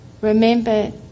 Remember